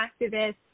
activists